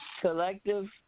Collective